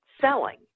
selling